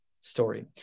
story